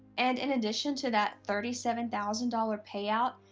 and in addition to that thirty seven thousand dollars payout,